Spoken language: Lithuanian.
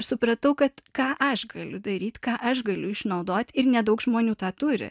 supratau kad ką aš galiu daryt ką aš galiu išnaudot ir nedaug žmonių tą turi